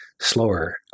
slower